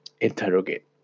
interrogate